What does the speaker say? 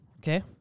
Okay